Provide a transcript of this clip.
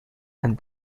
and